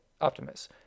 Optimus